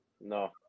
No